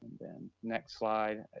then next slide,